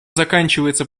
заканчивается